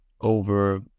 over